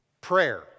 Prayer